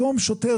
כן, ברור.